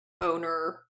owner